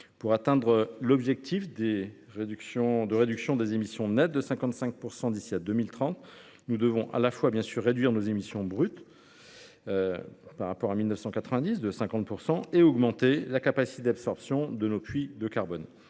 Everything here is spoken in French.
Pour atteindre l’objectif de réduction des émissions nettes de 55 % d’ici à 2030, nous devons à la fois réduire nos émissions brutes par rapport à 1990 de 50 % et augmenter la capacité d’absorption de nos puits de carbone.